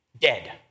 Dead